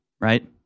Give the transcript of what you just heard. right